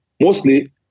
Mostly